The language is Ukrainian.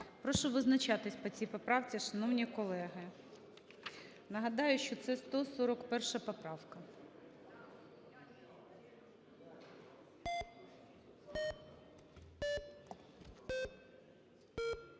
Прошу визначатися по цій поправці, шановні колеги. Нагадаю, що це 141 поправка. 13:44:10